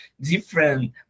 different